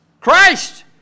Christ